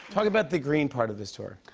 talk about the green part of this tour.